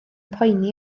poeni